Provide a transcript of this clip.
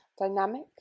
dynamic